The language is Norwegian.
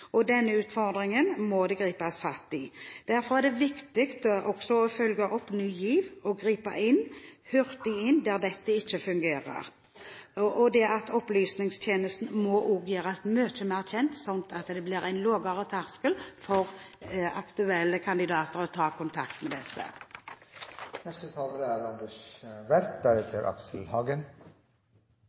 utdanningsverket. Denne utfordringen må det gripes fatt i. Derfor er det viktig også å følge opp Ny GIV og gripe hurtig inn der dette ikke fungerer. Oppfølgingstjenesten må også gjøres mye mer kjent, slik at det blir en lavere terskel for aktuelle kandidater å ta kontakt med disse.